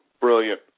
brilliant